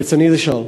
ברצוני לשאול: